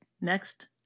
Next